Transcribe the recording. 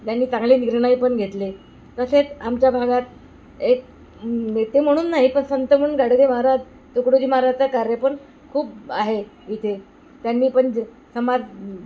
त्यांनी चांगले निर्णय पण घेतले तसेच आमच्या भागात एक नेते म्हणून नाही पण संत म्हणून गाडगे महाराज तुकडोजी महाराजचा कार्य पण खूप आहे इथे त्यांनी पण जो समाज